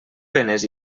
penes